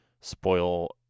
spoil